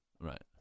Right